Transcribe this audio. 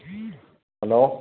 hello